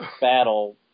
battle